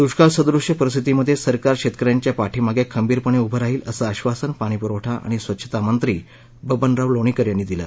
दुष्काळसदृश्य परिस्थितीमध्ये सरकार शेतक यांच्या पाठीमागे खंबीरपणे उभं राहील असं आश्वासन पाणी पुरवठा आणि स्वच्छता मंत्री बबनराव लोणीकर यांनी दिलं